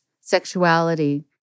sexuality